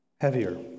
heavier